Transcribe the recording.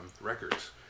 records